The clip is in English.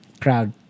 Crowd